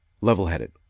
level-headed